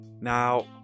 Now